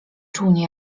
czółnie